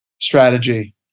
strategy